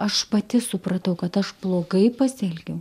aš pati supratau kad aš blogai pasielgiau